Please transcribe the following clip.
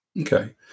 Okay